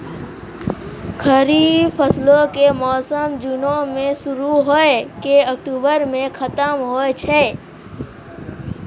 खरीफ फसलो के मौसम जूनो मे शुरु होय के अक्टुबरो मे खतम होय छै